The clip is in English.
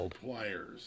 pliers